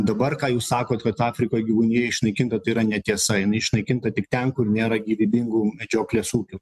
dabar ką jūs sakot kad afrikoj gyvūnija išnaikinta tai yra netiesa jinai išnaikinta tik ten kur nėra gyvybingų medžioklės ūkių